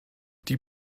die